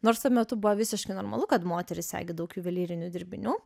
nors tuo metu buvo visiškai normalu kad moterys segi daug juvelyrinių dirbinių